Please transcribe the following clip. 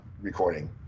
recording